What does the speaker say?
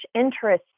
interest